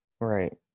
Right